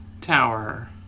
tower